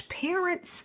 parents